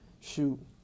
Shoot